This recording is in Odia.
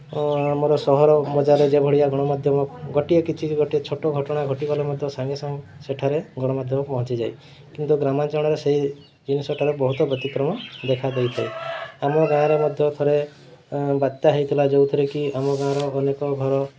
ଆମର ସହର ବଜାରରେ ଯେଉଁ ଭଳିଆ ଗଣମାଧ୍ୟମ ଗୋଟିଏ କିଛି ଗୋଟିଏ ଛୋଟ ଘଟଣା ଘଟିଗଲେ ମଧ୍ୟ ସାଙ୍ଗେ ସାଙ୍ଗେ ସେଠାରେ ଗଣମାଧ୍ୟମ ପହଞ୍ଚିଯାଏ କିନ୍ତୁ ଗ୍ରାମାଞ୍ଚଳରେ ସେହି ଜିନିଷଠାରେ ବହୁତ ବ୍ୟତିକ୍ରମ ଦେଖା ଦେଇଥାଏ ଆମ ଗାଁରେ ମଧ୍ୟ ଥରେ ବାତ୍ୟା ହୋଇଥିଲା ଯେଉଁଥିରେକି ଆମ ଗାଁର ଅନେକ ଘର